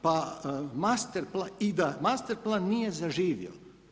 Pa master, i da master plan nije zaživio.